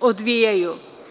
odvijaju.